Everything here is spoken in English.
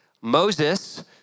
Moses